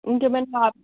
ఇంకా ఏమైనా